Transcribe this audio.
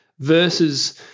Versus